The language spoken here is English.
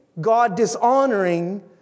God-dishonoring